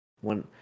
One